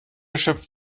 schöpft